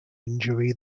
injury